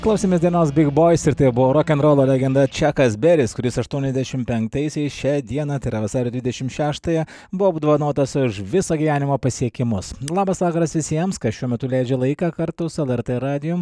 klausėmės dainos big bois ir tai buvo rokenrolo legenda čiakas beris kuris aštuoniasdešimt penktaisiais šią dieną tai yra vasario dvidešimt šeštąją buvo apdovanotas už viso gyvenimo pasiekimus labas vakaras visiems kas šiuo metu leidžia laiką kartu su lrt radijum